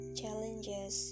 challenges